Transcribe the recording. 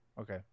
Okay